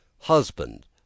husband